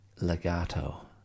legato